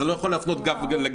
אז אני לא יכול להפנות גב לגפני.